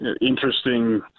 interesting